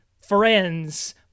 friends